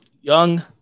Young